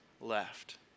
left